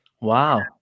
Wow